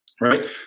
right